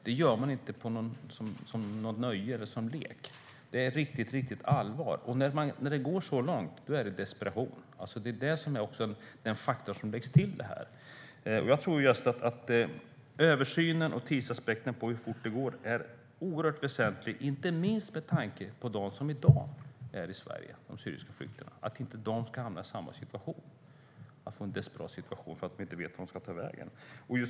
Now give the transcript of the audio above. Det gör man inte som något nöje eller som en lek. Det är riktigt allvar. När det går så långt är det desperation. Det är också en faktor som läggs till det här. Jag tror att det är oerhört väsentligt med översynen och tidsaspekten, hur fort det går, inte minst för att de syriska flyktingar som i dag är i Sverige inte ska hamna i samma desperata situation där de inte vet vart de ska ta vägen.